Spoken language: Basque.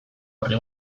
orri